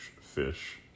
fish